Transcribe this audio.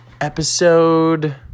episode